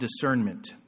discernment